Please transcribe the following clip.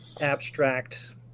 abstract